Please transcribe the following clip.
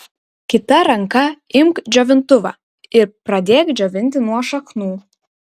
kita ranka imk džiovintuvą ir pradėk džiovinti nuo šaknų